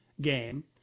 game